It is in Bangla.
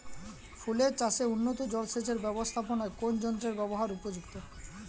ফুলের চাষে উন্নত জলসেচ এর ব্যাবস্থাপনায় কোন যন্ত্রের ব্যবহার উপযুক্ত?